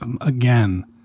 Again